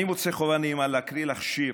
אני מוצא חובה נעימה להקריא לך שיר